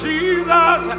Jesus